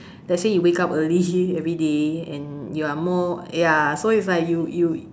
let's say wake up early everyday and you are more ya so is like you you